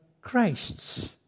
Christ's